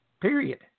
Period